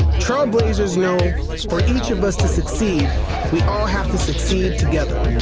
trailblazers know for each of us to succeed we all have to succeed together,